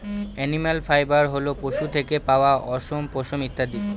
animal fibre হল পশু থেকে পাওয়া অশম, পশম ইত্যাদি